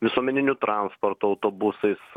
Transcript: visuomeniniu transportu autobusais